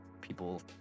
People